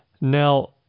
Now